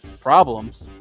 problems